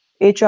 hr